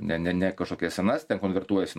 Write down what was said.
ne ne ne kažkokias senas ten konvertuojasi